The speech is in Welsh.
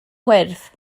wyrdd